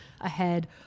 ahead